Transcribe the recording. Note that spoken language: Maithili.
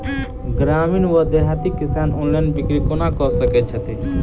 ग्रामीण वा देहाती किसान ऑनलाइन बिक्री कोना कऽ सकै छैथि?